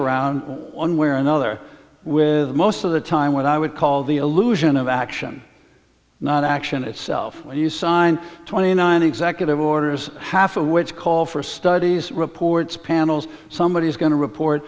around one way or another with most of the time what i would call the illusion of action not action itself where you sign twenty nine executive orders half of which call for studies reports panels somebody is going to report